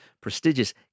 prestigious